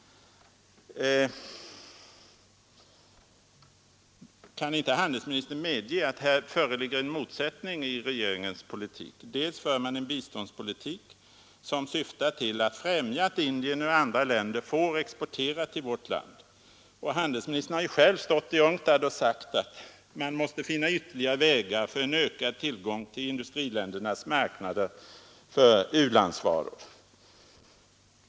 Kan inte handelsministern medge att här föreligger en motsättning i regeringens politik? Man för en biståndspolitik som syftar till att främja möjligheterna för Indien och andra länder att exportera till vårt land. Handelsministern har själv i UNCTAD sagt att man måste finna ytterligare vägar för en ökad tillgång till industriländernas marknader för u-landsvaror.